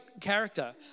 character